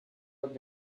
want